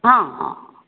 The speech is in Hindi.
हाँ हाँ